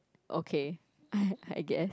okay I I guess